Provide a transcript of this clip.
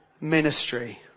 ministry